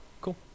Cool